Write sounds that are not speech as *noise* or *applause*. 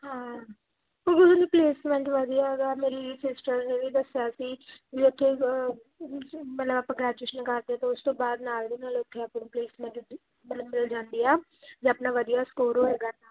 ਹਾਂ *unintelligible* ਉਹਦੀ ਪਲੇਸਮੈਂਟ *unintelligible* ਵਧੀਆ ਗਾ ਮੇਰੀ ਸਿਸਟਰ ਨੇ ਵੀ ਦੱਸਿਆ ਸੀ ਵੀ ਉੱਥੇ *unintelligible* ਮਤਲਬ ਆਪਾਂ ਗਰੈਜ਼ੂਏਸ਼ਨ ਕਰਦੇ ਤਾਂ ਉਸ ਤੋਂ ਬਾਅਦ ਨਾਲ ਦੀ ਨਾਲ ਉੱਥੇ ਆਪਾਂ ਨੂੰ ਪਲੇਸਮੈਂਟ ਮਿਲ ਜਾਂਦੀ ਆ ਜੇ ਆਪਣਾ ਵਧੀਆ ਸਕੋਰ ਹੋਏਗਾ ਤਾਂ